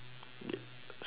someone talk to you